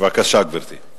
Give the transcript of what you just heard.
בבקשה, גברתי.